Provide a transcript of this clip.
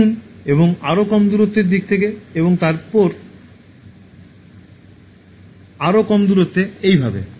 কিনুন এবং আরও কম দূরত্বের দিক থেকে এবং তারপরে আরও কম দুরত্বে এভাবে